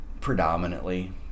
predominantly